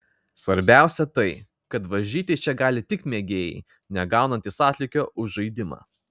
svarbiausia tai kad varžytis čia gali tik mėgėjai negaunantys atlygio už žaidimą